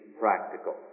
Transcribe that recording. practical